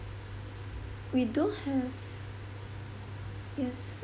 we do have yes